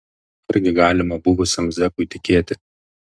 argi galima buvusiam zekui tikėti